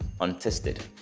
untested